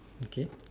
okay